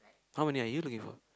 how many are you looking for